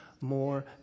more